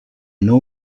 know